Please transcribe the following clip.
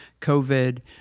COVID